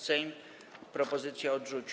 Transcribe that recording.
Sejm propozycję odrzucił.